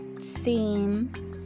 theme